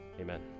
Amen